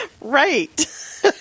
Right